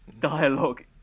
dialogue